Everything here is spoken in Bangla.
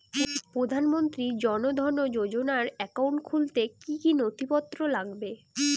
প্রধানমন্ত্রী জন ধন যোজনার একাউন্ট খুলতে কি কি নথিপত্র লাগবে?